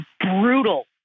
brutal